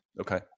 Okay